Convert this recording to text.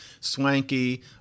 swanky